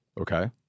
Okay